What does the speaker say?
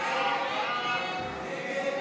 של המחנה הממלכתי.